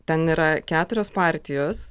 ten yra keturios partijos